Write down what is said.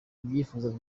ibyifuzo